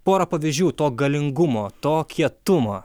porą pavyzdžių to galingumo to kietumo